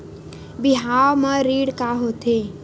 बिहाव म ऋण का होथे?